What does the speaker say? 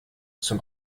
zum